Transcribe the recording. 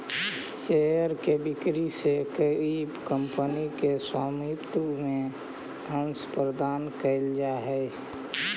share के बिक्री से कोई कंपनी के स्वामित्व में अंश प्रदान कैल जा हइ